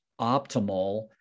optimal